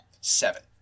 Seven